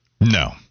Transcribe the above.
No